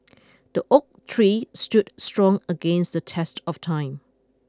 the oak tree stood strong against the test of time